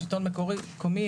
שלטון מקומי,